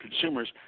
consumers